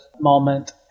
moment